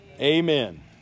Amen